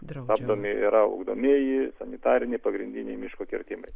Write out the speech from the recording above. stabdomi yra ugdomieji sanitariniai pagrindiniai miško kirtimai